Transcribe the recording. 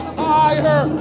fire